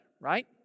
right